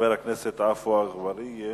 חבר הכנסת עפו אגבאריה,